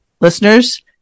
listeners